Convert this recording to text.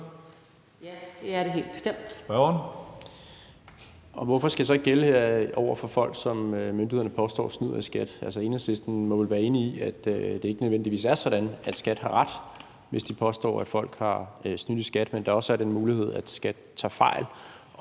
Jarlov (KF): Hvorfor skal det så ikke gælde for folk, som myndighederne påstår snyder i skat? Altså, Enhedslisten må vel være enig i, at det ikke nødvendigvis er sådan, at skattevæsenet har ret, hvis de påstår, at folk har snydt i skat, men at der også er den mulighed, at skattevæsenet